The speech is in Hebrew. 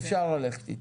אפשר ללכת איתו,